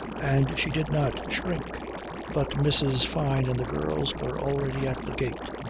and she did not shrink but mrs. fyne and the girls were already at the gate.